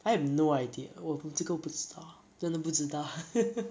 I have no idea 我我这个我不知道真的不知道